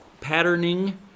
patterning